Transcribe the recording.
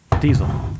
diesel